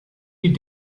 die